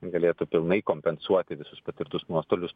galėtų pilnai kompensuoti visus patirtus nuostolius